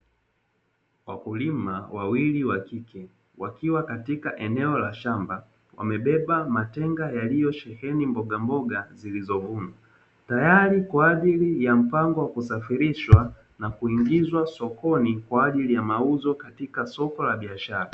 wkulima wawili wa kike wakiwa katika eneo la shamba wamebeba matenga yaliyosheheni mbogamboga zilizovunwa, tayari kwa ajili ya mpango wa kusafirishwa na kuingizwa sokoni kwa ajili ya mauzo katika soko la biashara.